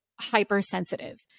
hypersensitive